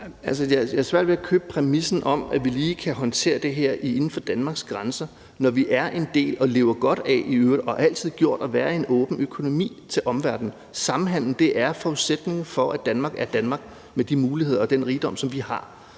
Jeg har svært ved at købe præmissen om, at vi lige kan håndtere det her inden for Danmarks grænser, når vi er en del af en åben økonomi og i øvrigt lever godt af – og altid har gjort det – handel med omverdenen. Samhandel er forudsætningen for, at Danmark er Danmark med de muligheder og den rigdom, som vi har.